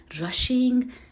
Rushing